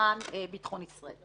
ולמען ביטחון ישראל.